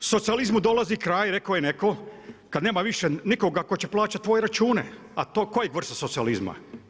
Socijalizmu dolazi kraj, rekao je netko, kad nema više nikoga tko će plaćati tvoje račune, a to kojeg vrsta socijalizma?